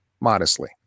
modestly